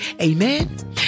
Amen